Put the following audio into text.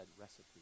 recipe